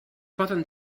poden